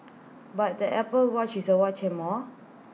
but the Apple watch is A watch and more